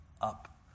up